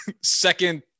second